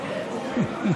כן.